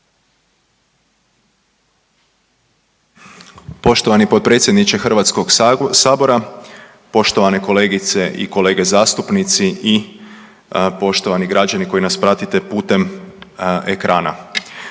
Poštovani potpredsjedniče HS-a, poštovane kolegice i kolege zastupnici i poštovani građani koji nas pratite putem ekrana.